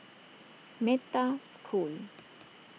Metta School